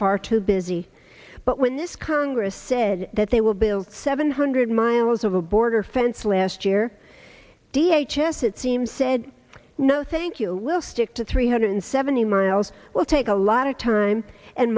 far too busy but when this congress said that they will build seven hundred miles of a border fence last year d h s s it seems said no thank you we'll stick to three hundred seventy miles we'll take a lot of time and